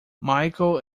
michael